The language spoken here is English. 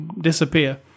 disappear